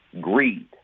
greed